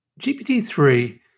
GPT-3